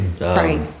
right